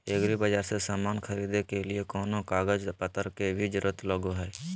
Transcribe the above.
एग्रीबाजार से समान खरीदे के लिए कोनो कागज पतर के भी जरूरत लगो है?